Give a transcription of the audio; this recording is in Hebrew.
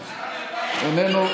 איננו?